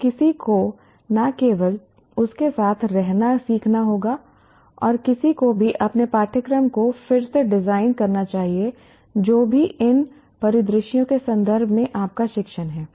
तो किसी को न केवल उस के साथ रहना सीखना होगा और किसी को भी अपने पाठ्यक्रम को फिर से डिज़ाइन करना चाहिए जो भी इन परिदृश्यों के संदर्भ में आपका शिक्षण है